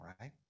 right